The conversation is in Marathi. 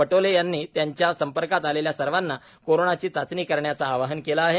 पटोले यांनी त्यांच्या संपर्कात आलेल्या सर्वांना कोरोनाची चाचणी करण्याचं आवाहन केलं आहे